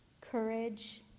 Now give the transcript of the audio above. courage